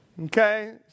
Okay